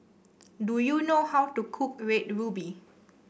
do you know how to cook Red Ruby